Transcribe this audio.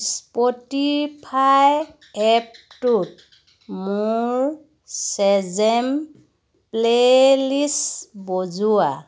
Spotify এপটোত মোৰ ছেজেম প্লে' লিষ্ট বজোৱা